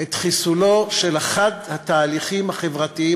את חיסולו של אחד התהליכים החברתיים